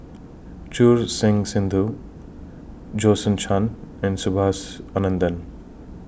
Choor Singh Sidhu Jason Chan and Subhas Anandan